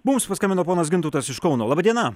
mums paskambino ponas gintautas iš kauno laba diena